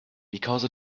because